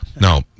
No